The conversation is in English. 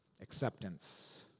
acceptance